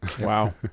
Wow